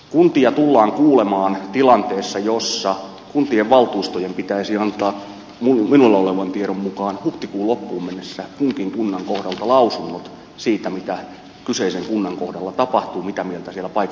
kuntia tullaan kuulemaan tilanteessa jossa kuntien valtuustojen pitäisi antaa minulla olevan tiedon mukaan huhtikuun loppuun mennessä kunkin kunnan kohdalta lausunnot siitä mitä kyseisen kunnan kohdalla tapahtuu mitä mieltä siellä paikallisella tasolla ollaan